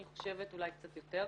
אולי קצת יותר,